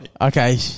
Okay